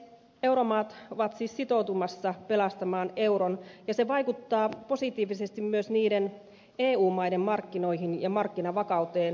euromaat ovat siis sitoutumassa pelastamaan euron ja se vaikuttaa positiivisesti myös niiden eu maiden markkinoihin ja markkinavakauteen jotka eivät rahaliittoon kuulu